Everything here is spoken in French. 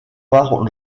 part